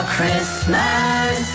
Christmas